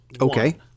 Okay